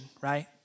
right